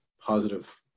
positive